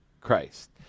christ